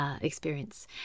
Experience